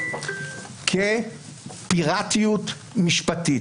כפיראטיות משפטית.